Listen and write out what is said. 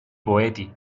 poeti